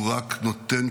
הוא רק נותן